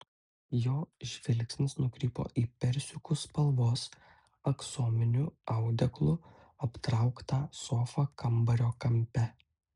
jo žvilgsnis nukrypo į persikų spalvos aksominiu audeklu aptrauktą sofą kambario kampe